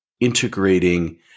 integrating